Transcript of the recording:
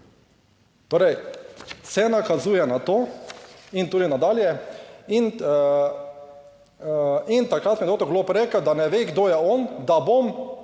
Torej vse nakazuje na to. In tudi nadalje in: "In takrat mi je doktor Golob rekel, da ne ve, kdo je on, da bom